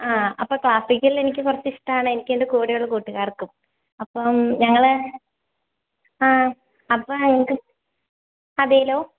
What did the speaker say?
ആ അപ്പം ക്ലാസ്സിക്കൽ എനിക്ക് കുറച്ച് ഇഷ്ടമാണ് എനിക്ക് എൻ്റെ കൂടെയുള്ള കൂട്ടുകാർക്കും അപ്പം ഞങ്ങൾ ആ അപ്പം അതേല്ലോ